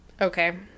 okay